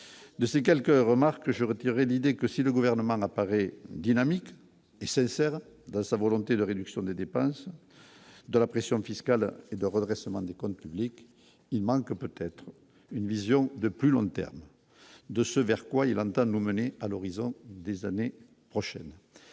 de ces quelques remarques je retiré l'idée que si le gouvernement n'apparaît dynamique et sincère dans sa volonté de réduction des dépenses de la pression fiscale et de redressement des comptes publics, il manque peut-être une vision de plus long terme de ce vers quoi il entame nous mener à l'horizon des années prochaines